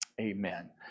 Amen